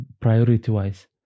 priority-wise